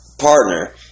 partner